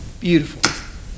Beautiful